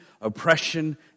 oppression